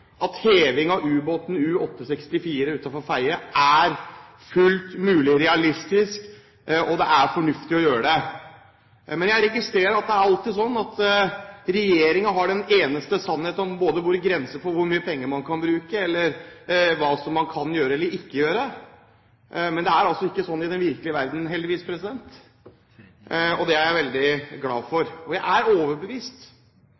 at heving av ubåten U-864 utenfor Fedje er fullt mulig og realistisk, og at det er fornuftig å gjøre det. Men jeg registrerer at det alltid er sånn at regjeringen er den eneste som har sannheten om hvor grensen går for hvor mye penger man kan bruke, eller hva man kan gjøre eller ikke gjøre, men det er altså ikke sånn i den virkelige verden, heldigvis, og det er jeg veldig glad